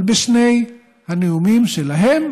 אבל בשני הנאומים שלהם הם